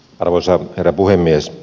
arvoisa herra puhemies